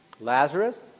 Lazarus